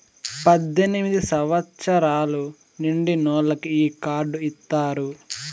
పద్దెనిమిది సంవచ్చరాలు నిండినోళ్ళకి ఈ కార్డు ఇత్తారు